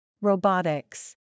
Robotics